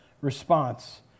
response